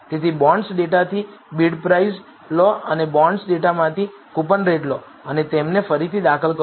તેથી બોન્ડ્સ ડેટાથી બિડપ્રાઇસ લો અને બોન્ડ્સ ડેટામાંથી કૂપનરેટ લો અને તેમને ફરીથી દાખલ કરો